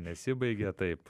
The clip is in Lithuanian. nesibaigė taip